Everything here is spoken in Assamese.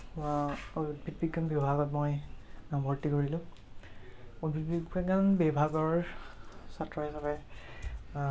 উদ্ভিদ বিজ্ঞান বিভাগত মই নামভৰ্তি কৰিলোঁ উদ্ভিদ বিজ্ঞান বিভাগৰ ছাত্ৰ হিচাপে